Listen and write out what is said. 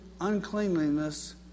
uncleanliness